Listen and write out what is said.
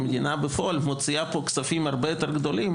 המדינה בפועל מוציאה פה כספים הרבה יותר גדולים